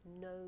no